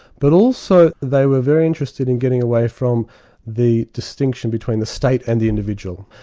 but also they were very interested in getting away from the distinction between the state and the individual.